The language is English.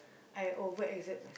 I over exert my